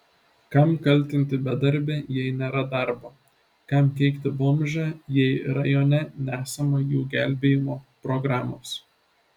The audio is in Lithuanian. kam kaltinti bedarbį jei nėra darbo kam keikti bomžą jei rajone nesama jų gelbėjimo programos